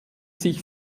sich